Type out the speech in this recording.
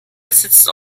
besitzt